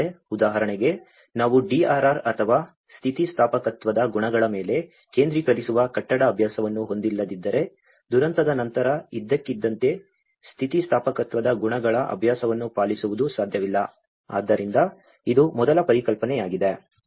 ಉದಾಹರಣೆಗೆ ನಾವು DRR ಅಥವಾ ಸ್ಥಿತಿಸ್ಥಾಪಕತ್ವದ ಗುಣಗಳ ಮೇಲೆ ಕೇಂದ್ರೀಕರಿಸುವ ಕಟ್ಟಡ ಅಭ್ಯಾಸವನ್ನು ಹೊಂದಿಲ್ಲದಿದ್ದರೆ ದುರಂತದ ನಂತರ ಇದ್ದಕ್ಕಿದ್ದಂತೆ ಸ್ಥಿತಿಸ್ಥಾಪಕತ್ವದ ಗುಣಗಳ ಅಭ್ಯಾಸವನ್ನು ಪಾಲಿಸುವುದು ಸಾಧ್ಯವಿಲ್ಲ ಆದ್ದರಿಂದ ಇದು ಮೊದಲ ಪರಿಕಲ್ಪನೆಯಾಗಿದೆ